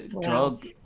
drug